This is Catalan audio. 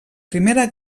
primera